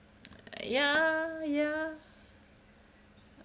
ya ya